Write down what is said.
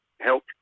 help